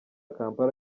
kampala